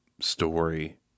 story